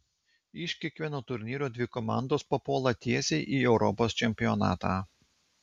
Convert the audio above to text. iš kiekvieno turnyro dvi komandos papuola tiesiai į europos čempionatą